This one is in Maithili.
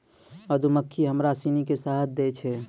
मधुमक्खी हमरा सिनी के शहद दै छै